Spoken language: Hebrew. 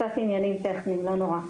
קצת עניינים טכניים, לא נורא.